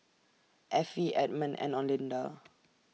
Affie Edmon and Olinda